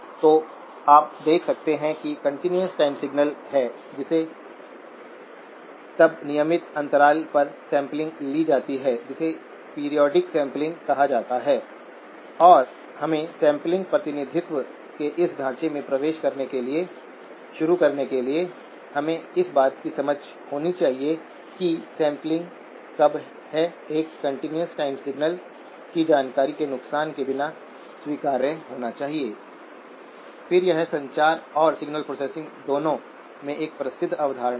तो आप देख सकते हैं कि एक कंटीन्यूअस टाइम सिग्नल है जिसे तब नियमित अंतराल पर सैंपलिंग लि जाती है जिसे पीरियाडिक सैंपलिंग कहा जाता है और हमें सैंपलिंग प्रतिनिधित्व के इस ढांचे में प्रवेश करने के लिए शुरू करने के लिए हमें इस बात की समझ होनी चाहिए कि सैंपलिंग कब है एक कंटीन्यूअस टाइम सिग्नल की जानकारी के नुकसान के बिना स्वीकार्य होना चाहिए फिर यह संचार और सिग्नल प्रोसेसिंग दोनों में एक प्रसिद्ध अवधारणा है